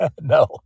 No